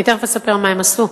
אני תיכף אספר מה הם עשו,